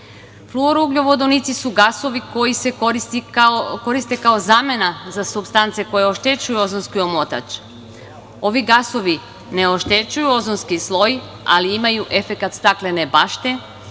ugljovodonici su gasovi koji se koriste kao zamena za supstance koje oštećuju ozonski omotač. Ovi gasovi ne oštećuju ozonski sloj, ali imaju efekat staklene bašte